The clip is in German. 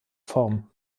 form